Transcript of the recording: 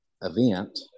event